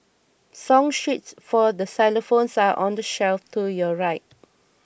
song sheets for xylophones are on the shelf to your right